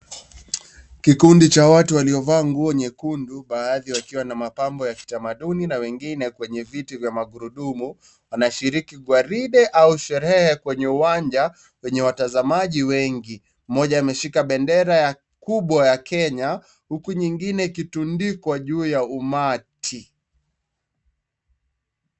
Kikundi cha watu waliovaa nguo nyekundu baathi wakiwa na mapambo ya kitamaduni na wengine kwenye viti vya magurudumu, wanashiriki gwaride au sherehe kwenye uwanja, wenye watazamaji wengi, mmoja ameshika bendera ya kubwa ya Kenya huku nyingine ikitundikwa juu ya umati.